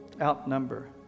outnumber